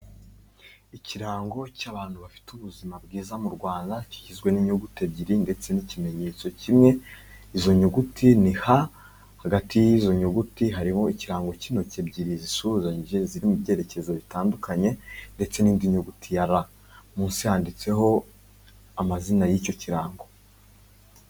Ikirango cy'abantu bafite ubuzima bwiza mu Rwanda, kigizwe n'inyuguti ebyiri ndetse n'ikimenyetso kimwe izo nyuguti ni H, hagati y'izo nyuguti hariho ikirango cy'intoki ebyiri zisuhuzanyije ziri mu byerekezo bitandukanye ndetse n'indi nyuguti ya R. Munsi handitseho amazina y'icyo kirango.